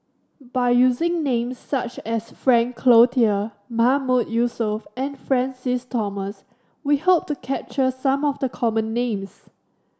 by using names such as Frank Cloutier Mahmood Yusof and Francis Thomas we hope to capture some of the common names